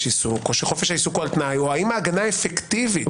עיסוק או על תנאי או האם ההגנה אפקטיבית,